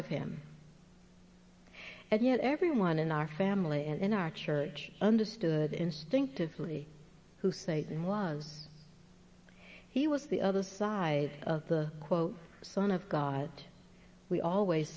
of him and yet everyone in our family and in our church understood instinctively who satan was he was the other side of the quote son of god we always